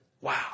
Wow